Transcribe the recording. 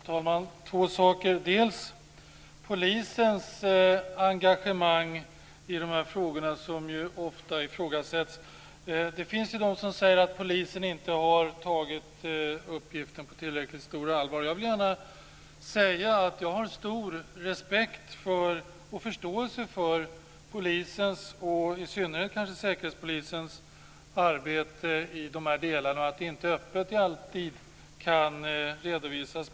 Fru talman! Det gäller två saker. Dels handlar det om polisens engagemang i dessa frågor som ofta ifrågasätts. Det finns ju de som säger att polisen inte har tagit uppgiften på tillräckligt stort allvar. Jag har stor respekt och förståelse för polisens och kanske i synnerhet säkerhetspolisens arbete i dessa delar och för att det inte alltid öppet kan redovisas.